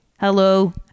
Hello